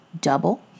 double